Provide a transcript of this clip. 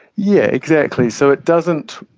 yeah exactly, so it doesn't,